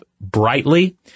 brightly